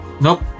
Nope